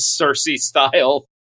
Cersei-style